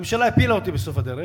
הממשלה הפילה אותי בסוף הדרך,